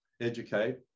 educate